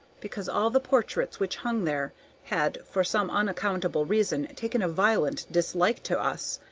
because all the portraits which hung there had for some unaccountable reason taken a violent dislike to us,